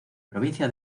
provincia